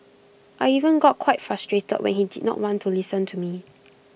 I even got quite frustrated when he did not want to listen to me